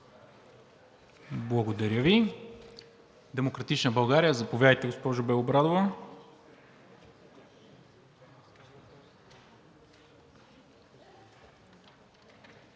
Благодаря Ви. От „Демократична България“ – заповядайте, госпожо Белобрадова.